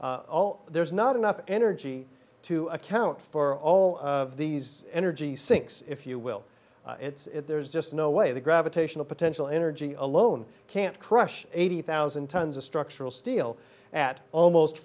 oh there's not enough energy to account for all of these energy sinks if you will it's there's just no way the gravitational potential energy alone can't crush eighty thousand tons of structural steel at almost